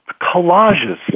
collages